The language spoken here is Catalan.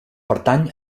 pertany